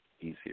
easier